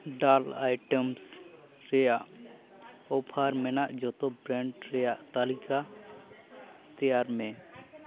ᱰᱟᱞ ᱟᱭᱴᱮᱢᱥ ᱨᱮᱭᱟᱜ ᱚᱯᱷᱟᱨ ᱢᱮᱱᱟᱜ ᱡᱚᱛᱚ ᱵᱨᱮᱱᱰ ᱨᱮᱭᱟᱜ ᱛᱟᱹᱞᱤᱠᱟ ᱛᱮᱭᱟᱨ ᱢᱮ